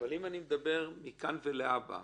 אם אני מדבר על מכאן ולהבא,